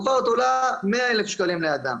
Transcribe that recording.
שעולה 100 אלף שקלים לאדם.